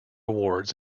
awards